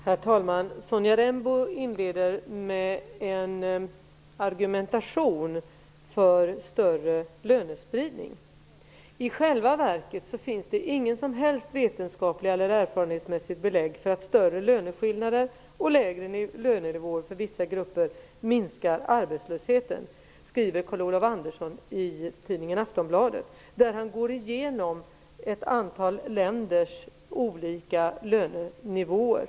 Herr talman! Sonja Rembo inleder med en argumentation för större lönespridning. I själva verket finns det inget som helst vetenskapligt eller erfarenhetsmässigt belägg för att större löneskillnader och lägre lönenivåer för vissa grupper minskar arbetslösheten. Det skriver Carl Olof Andersson i tidningen Aftonbladet. Där går han igenom ett antal länders olika lönenivåer.